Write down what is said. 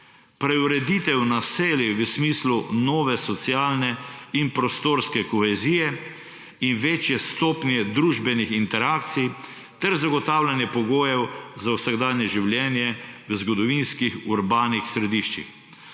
preureditev naselij v smislu nove socialne in prostorske kohezije in večje stopnje družbenih interakcij ter zagotavljanje pogojev za vsakdanje življenje v zgodovinskih urbanih središčih.